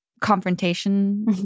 confrontation